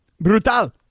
Brutal